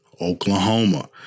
Oklahoma